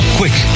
quick